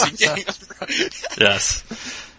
Yes